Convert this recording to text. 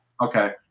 Okay